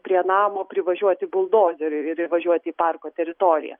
prie namo privažiuoti buldozeriui ir įvažiuoti į parko teritoriją